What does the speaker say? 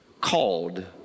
called